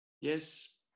Yes